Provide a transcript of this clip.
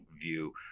view